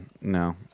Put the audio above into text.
No